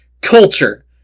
Culture